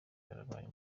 byarabaye